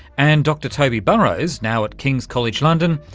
and dr toby burrows, now at king's college london,